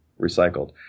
recycled